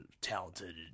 talented